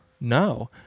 No